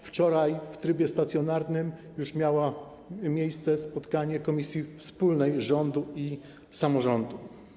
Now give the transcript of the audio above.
Wczoraj w trybie stacjonarnym już miało miejsce spotkanie komisji wspólnej rządu i samorządu.